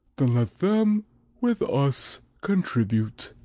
then let them with us contribute.